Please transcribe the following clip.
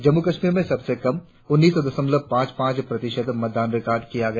जम्मू कश्मीर में सबसे कम उन्नीस दशमलव पांच पांच प्रतिशत मतदान रिकॉर्ड किया गया